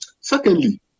Secondly